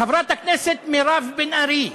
חברת הכנסת מירב בן ארי,